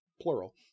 plural